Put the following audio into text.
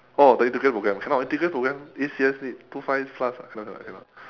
oh the integrated program cannot integrated program A_C_S need two five plus [what] cannot cannot cannot